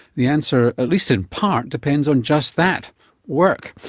the answer, at least in part, depends on just that work.